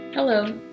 Hello